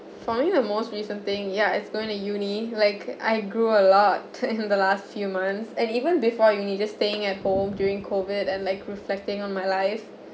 for me the most recent thing ya it's going to UNI like I grew a lot in the last few months and even before UNI just staying at home during COVID and like reflecting on my life